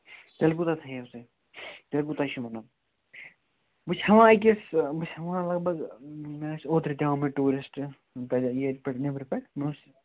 تیٚلہِ کوٗتاہ تھٲوِو تُہۍ تُہۍ کوٗتاہ چھِو وَنان بہٕ چھُس ہٮ۪وان أکِس بہٕ چھُس ہٮ۪وان لگ بگ مےٚ ٲسۍ اوترٕ تہِ آمٕتۍ ٹوٗرِسٹہٕ ییٚتہِ پٮ۪ٹھ نٮ۪برٕ پٮ۪ٹھ مےٚ اوس